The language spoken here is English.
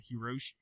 Hiroshi